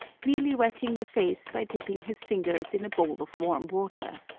merely wetting the face by dipping his fingers in a bowl of warm water.